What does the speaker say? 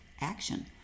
action